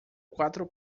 quatro